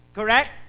Correct